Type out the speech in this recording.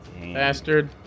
Bastard